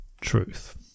truth